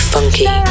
Funky